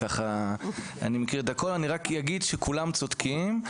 אני אגיד שלדעתי כולם צודקים.